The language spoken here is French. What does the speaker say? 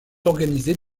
organisés